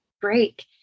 break